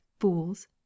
fools